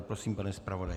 Prosím, pane zpravodaji.